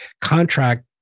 contract